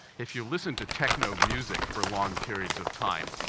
if you listen to techno music for long periods of time,